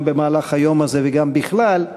גם במהלך היום הזה וגם בכלל,